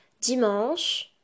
Dimanche